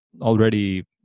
already